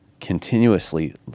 continuously